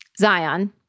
Zion